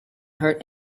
hurt